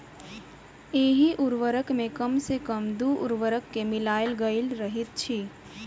एहि उर्वरक मे कम सॅ कम दू उर्वरक के मिलायल गेल रहैत छै